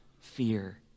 fear